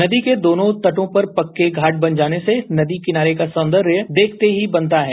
नदी के दोनों तटों पर पक्के घाट बन जाने से नदी किनारे का सौंदर्य देखते ही बनता है